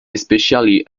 especially